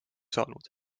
saanud